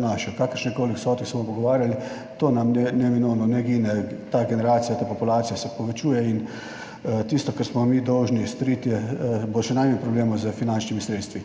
našel, o kakršnikoli vsote se bomo pogovarjali, to nam neminovno ne gine ta generacija, ta populacija se povečuje in tisto, kar smo mi dolžni storiti, bo še najmanj problemov s finančnimi sredstvi.